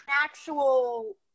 actual